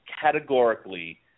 categorically